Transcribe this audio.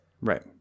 right